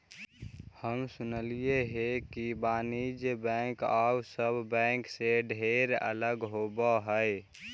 हम सुनलियई हे कि वाणिज्य बैंक आउ सब बैंक से ढेर अलग होब हई